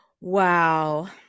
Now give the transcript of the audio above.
Wow